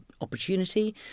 opportunity